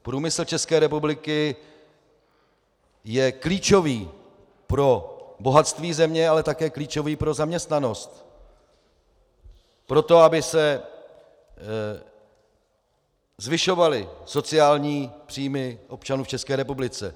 Průmysl České republiky je klíčový pro bohatství země, ale také je klíčový pro zaměstnanost, pro to, aby se zvyšovaly sociální příjmy občanů v České republice.